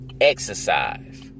exercise